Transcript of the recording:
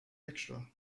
extra